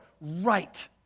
right